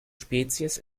spezies